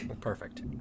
Perfect